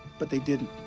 but they didn't.